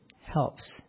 helps